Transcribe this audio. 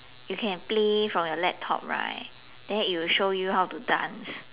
you can play from your laptop right then it will show you how to dance